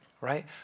right